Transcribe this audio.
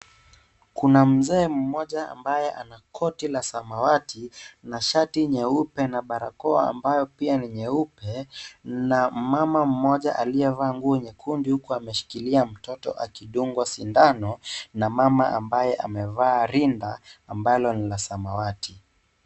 Kuna mzee mmoja ambaye ana koti la samawati na shati nyeupe na barakoa ambayo pia ni nyeupe. Na mama mmoja aliyevaa nguo nyekundu huku ameshikilia mtoto huku akidungwa sindano. Na mama ambaye amevaa rinda ambalo ni la samawati.